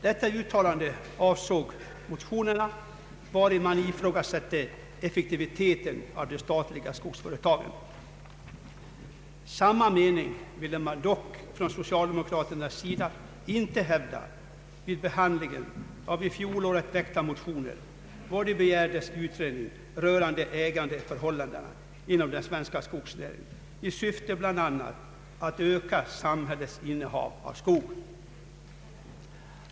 Detta uttalande avsåg motioner i vilka man ifrågasatte effektiviteten av de statliga skogsföretagen. Samma mening ville man dock från socialdemokratiskt håll inte hävda vid behandlingen av under fjolåret väckta motioner i vilka begärdes utredning rörande ägandeförhållandena inom den svenska skogsnäringen i syfte bland annat att öka samhällets innehav av skog.